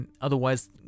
Otherwise